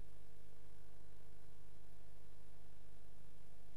ההצבעות: בעד, 2,